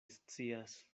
scias